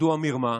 מדוע מרמה?